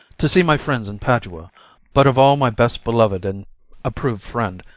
to see my friends in padua but of all my best beloved and approved friend,